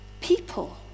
people